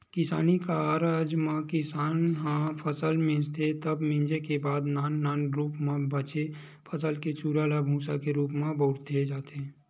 किसानी कारज म किसान ह फसल मिंजथे तब मिंजे के बाद नान नान रूप म बचे फसल के चूरा ल भूंसा के रूप म बउरे जाथे